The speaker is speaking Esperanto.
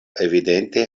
evidente